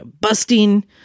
busting